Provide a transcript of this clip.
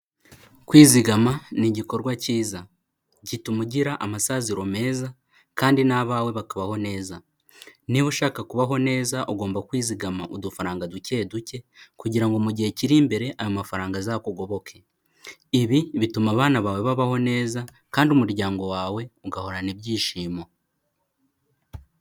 Kwizigama ni igikorwa cyiza. Gituma ugira amasaziro meza kandi n'abawe bakabaho neza. Niba ushaka kubaho neza ugomba kwizigama udufaranga duke duke kugira ngo mu gihe kiri imbere, ayo mafaranga azakugoboke. Ibi bituma abana bawe babaho neza kandi umuryango wawe ugahorana ibyishimo.